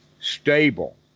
stable